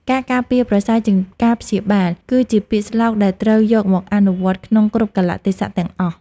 ការការពារប្រសើរជាងការព្យាបាល គឺជាពាក្យស្លោកដែលត្រូវយកមកអនុវត្តក្នុងគ្រប់កាលៈទេសៈទាំងអស់។